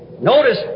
Notice